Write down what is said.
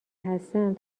هستم